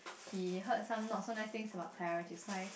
he heard some not so nice things about Clara which is why